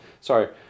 sorry